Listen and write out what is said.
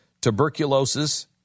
tuberculosis